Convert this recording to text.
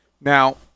Now